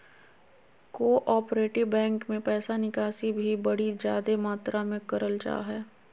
cooperative bank मे पैसा निकासी भी बड़ी जादे मात्रा मे करल जा हय